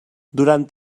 durant